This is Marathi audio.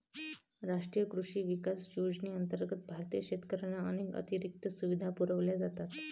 राष्ट्रीय कृषी विकास योजनेअंतर्गत भारतीय शेतकऱ्यांना अनेक अतिरिक्त सुविधा पुरवल्या जातात